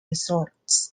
resorts